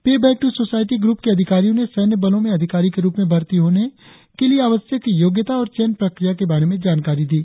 पे back to society group के अधिकारियों ने सैन्य बलों में अधिकारी के रुप में भर्ती होने आवश्यक योग्यता और चयन प्रक्रिया के बारे में उन्हें जानकारी दी